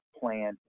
plan